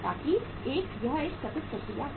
ताकि यह एक सतत प्रक्रिया हो